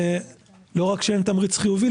לא רק שאין תמריץ חיובי,